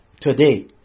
Today